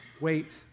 wait